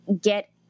get